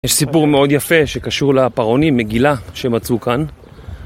יש סיפור מאוד יפה שקשור לפרעונים מגילה שמצאו כאן